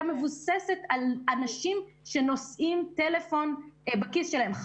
מבוססת על אנשים שנושאים טלפון בכיס שלהם,